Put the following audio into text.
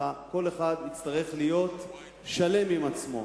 כל אחד יצטרך להיות שלם עם עצמו.